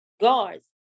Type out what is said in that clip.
guards